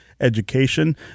education